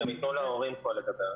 אם ייתנו להורים פה לדבר.